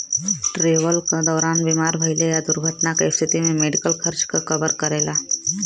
travel क दौरान बीमार भइले या दुर्घटना क स्थिति में मेडिकल खर्च क कवर करेला